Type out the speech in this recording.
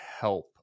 help